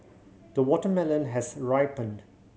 the watermelon has ripened